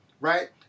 right